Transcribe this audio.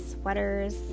sweaters